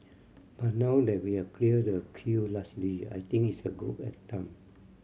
but now that we have cleared the queue largely I think it's as good a time